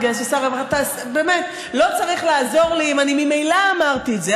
לא צריך לעזור לי אם ממילא אמרתי את זה,